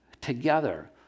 together